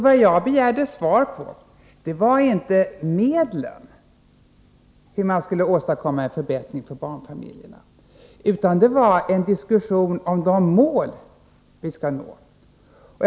Vad jag begärde svar på var inte med vilka medel man skulle åstadkomma en förbättring för barnfamiljerna, utan det var vilka mål vi skall eftersträva.